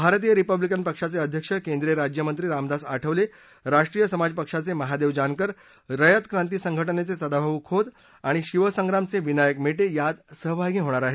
भारतीय रिपब्लिकन पक्षाचे अध्यक्ष केंद्रीय राज्यमंत्री रामदास आठवले राष्ट्रीय समाज पक्षाचे महादेव जानकर रयत क्रांती संघटनेचे सदाभाऊ खोत आणि शिवसंग्रामचे विनायक मेटे यात सहभागी होणार आहेत